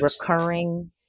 recurring